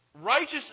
Righteous